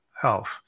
Health